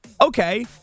okay